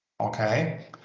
Okay